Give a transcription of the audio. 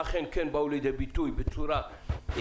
אכן כן באו לידי ביטוי בצורה משמעותית.